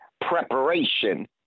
preparation